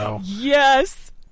Yes